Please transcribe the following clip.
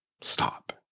stop